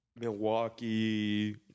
Milwaukee